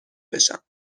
بشم